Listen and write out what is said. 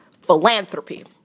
philanthropy